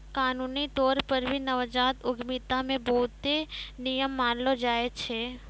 कानूनी तौर पर भी नवजात उद्यमिता मे बहुते नियम मानलो जाय छै